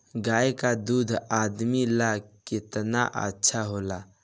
गाय का दूध आदमी ला कितना अच्छा होला?